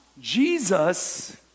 Jesus